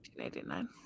1989